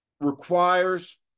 requires